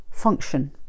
function